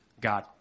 God